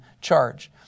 charge